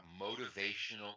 motivational